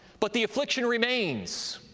but the affliction remains,